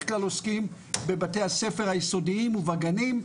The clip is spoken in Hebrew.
כלל עוסקים בבתי הספר היסודיים ובגנים,